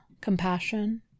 compassion